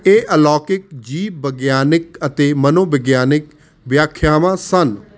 ਇਹ ਅਲੌਕਿਕ ਜੀਵ ਵਿਗਿਆਨਕ ਅਤੇ ਮਨੋਵਿਗਿਆਨਕ ਵਿਆਖਿਆਵਾਂ ਸਨ